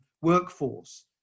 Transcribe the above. workforce